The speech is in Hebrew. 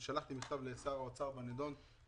שלחתי מכתב לשר האוצר בנידון.